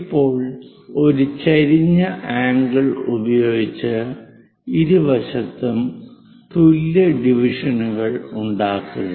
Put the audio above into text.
ഇപ്പോൾ ഒരു ചെരിഞ്ഞ ആംഗിൾ ഉപയോഗിച്ച് ഇരുവശത്തും തുല്യ ഡിവിഷനുകൾ ഉണ്ടാക്കുക